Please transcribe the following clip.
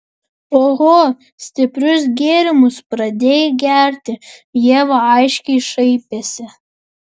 oho stiprius gėrimus pradėjai gerti ieva aiškiai šaipėsi